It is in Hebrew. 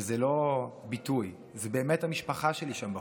וזה לא ביטוי, זה באמת המשפחה שלי שם בחוץ,